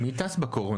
מי טס בקורונה?